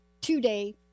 today